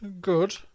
Good